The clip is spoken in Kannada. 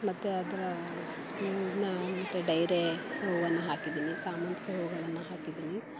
ಮತ್ತು ಅದರ ಡೇರೆ ಹೂವನ್ನು ಹಾಕಿದ್ದೀನಿ ಸಾಮಂತ್ಗೆ ಹೂವನ್ನು ಹಾಕಿದ್ದೀನಿ